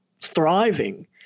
thriving